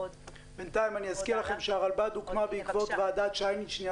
בינתיים אני אזכיר לכם שהרלב"ד הוקמה בעקבות ועדת שיינין,